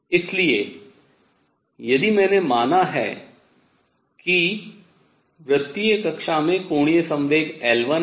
इसलिए यदि मैंने माना है कि वृतीय कक्षा में कोणीय संवेग L1 है